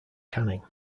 canning